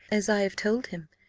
as i have told him,